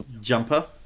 jumper